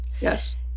yes